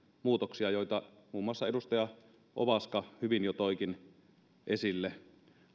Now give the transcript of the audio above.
muutoksia joita muun muassa edustaja ovaska hyvin toikin jo esille